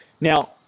Now